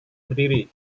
berdiri